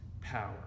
power